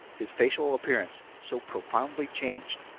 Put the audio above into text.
his facial appearance, so profoundly changed,